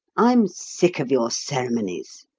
i'm sick of your ceremonies!